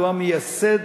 שהוא המייסד